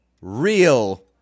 real